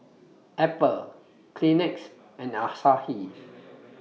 Apple Kleenex and Asahi